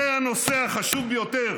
זה הנושא החשוב ביותר